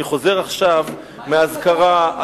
אני חוזר עכשיו מאזכרה,